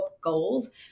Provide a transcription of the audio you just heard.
goals